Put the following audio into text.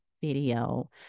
video